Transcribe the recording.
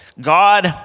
God